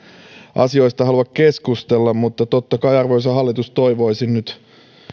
asioista halua keskustella mutta totta kai arvoisa hallitus toivoisin nyt